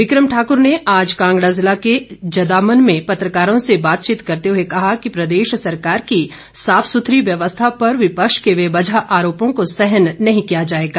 बिक्रम ठाकर ने आज कांगड़ा जिला के जदामन में पत्रकारों से बातचीत करते हुए कहा कि प्रदेश सरकार की साफ सुथरी व्यवस्था पर विपक्ष के बेवजह आरोपो को सहन नहीं किया जाएगा